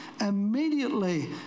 immediately